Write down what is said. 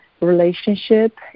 relationship